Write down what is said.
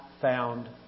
found